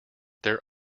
there